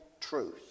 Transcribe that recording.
truth